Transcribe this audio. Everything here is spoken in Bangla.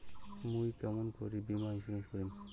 মুই কেমন করি বীমা ইন্সুরেন্স করিম?